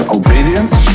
obedience